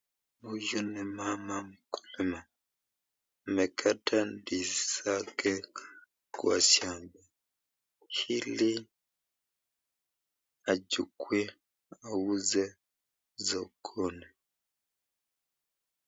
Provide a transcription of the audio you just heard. Huyu ni mama mkulima. Amekata ndizi zake kwa shamba ili achukue auze sokoni.